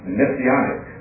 messianic